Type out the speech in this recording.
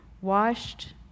washed